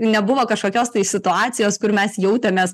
nebuvo kažkokios tai situacijos kur mes jautėmės